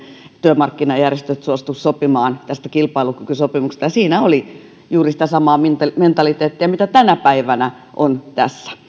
työmarkkinajärjestöt suostu sopimaan tästä kilpailukykysopimuksesta siinä oli juuri sitä samaa mentaliteettia mitä tänä päivänä on tässä